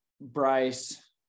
Bryce